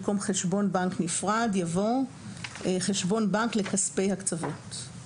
במקום "חשבון בנק נפרד" יבוא "חשבון בנק לכספי הקצבות";